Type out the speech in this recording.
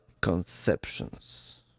conceptions